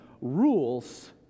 rules